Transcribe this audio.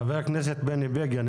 חבר הכנסת בני בגין,